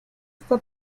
está